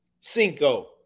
Cinco